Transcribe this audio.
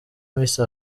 misi